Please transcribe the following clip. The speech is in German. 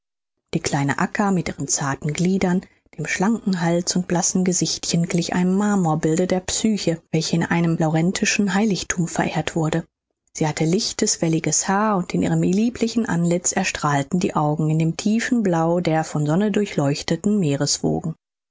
die kleine acca mit ihren zarten gliedern dem schlanken hals und blassen gesichtchen glich einem marmorbilde der psyche welches in einem laurentinischen heiligthum verehrt wurde sie hatte lichtes welliges haar und in ihrem lieblichen antlitz erstrahlten die augen in dem tiefen blau der von sonne durchleuchteten